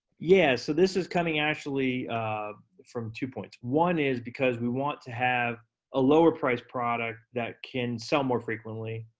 yeah, so this is coming actually from two points. one is because we want to have a lower price product that can sell more frequently,